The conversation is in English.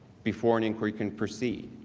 before an inquiry can proceed.